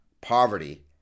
poverty